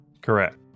Correct